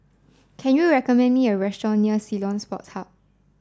can you recommend me a restaurant near Ceylon Sports Club